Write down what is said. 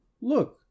Look